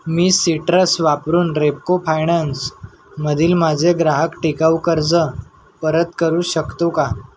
मी citrus वापरून रेपको फायणान्समधील माझे ग्राहक टिकाऊ कर्ज परत करू शकतो का